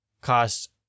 cost